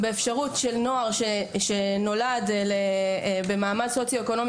באפשרות של נוער שנולד במעמד סוציו-אקונומי